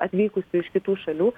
atvykusių iš kitų šalių